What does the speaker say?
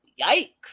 Yikes